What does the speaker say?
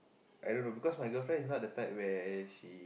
I don't know because my girlfriend is not the type that where she